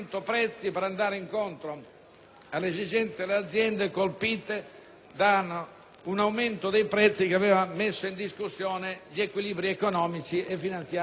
alle esigenze delle aziende colpite da un aumento dei prezzi che aveva messo in discussione gli equilibri economici e finanziari delle stesse imprese.